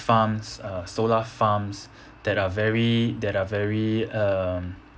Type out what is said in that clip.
farms uh solar farms that are very that are very um